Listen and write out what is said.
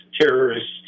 terrorists